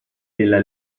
della